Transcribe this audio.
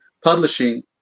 Publishing